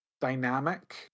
dynamic